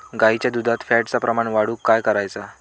गाईच्या दुधात फॅटचा प्रमाण वाढवुक काय करायचा?